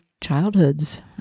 childhoods